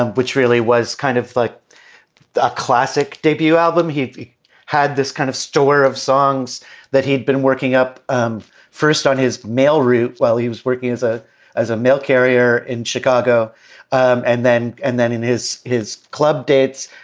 which really was kind of like a classic debut album. he he had this kind of story of songs that he'd been working up um first on his mail route while he was working as a as a mail carrier in chicago um and then and then in his his club dates.